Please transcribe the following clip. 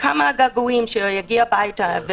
וכמה הגעגועים שהוא יגיע הביתה,